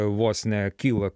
vos nekyla